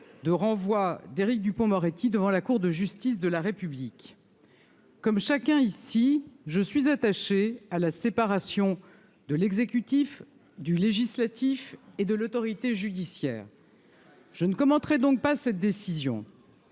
de renvoi d'Éric Dupond-Moretti devant la Cour de justice de la République. Comme chacun ici, je suis attaché à la séparation de l'exécutif, du législatif et de l'autorité judiciaire. Je ne commenterai donc pas cette décision,